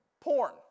porn